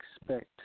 expect